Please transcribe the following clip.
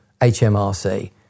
HMRC